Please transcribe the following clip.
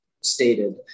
stated